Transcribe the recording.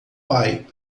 pai